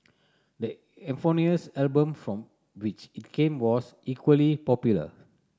the eponymous album from which it came was equally popular